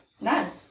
None